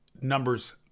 numbers